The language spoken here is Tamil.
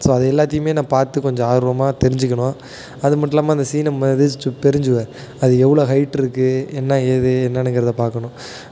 ஸோ அது எல்லாத்தியும் நான் பார்த்து கொஞ்சம் ஆர்வமாக தெரிஞ்சிக்கணும் அது மட்டும் இல்லாமல் அந்த சீனா மதில் சுவர் பெருஞ்சுவர் அது எவ்வளோ ஹயிட் இருக்குது என்ன ஏது என்னானுங்கிறத பார்க்கணும்